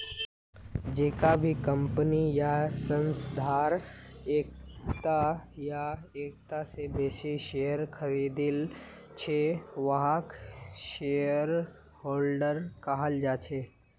जेको भी कम्पनी या संस्थार एकता या एकता स बेसी शेयर खरीदिल छ वहाक शेयरहोल्डर कहाल जा छेक